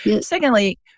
Secondly